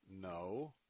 No